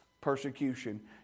persecution